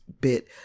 bit